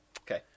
okay